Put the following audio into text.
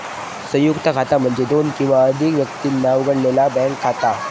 संयुक्त खाता म्हणजे दोन किंवा अधिक व्यक्तींनी उघडलेला बँक खाता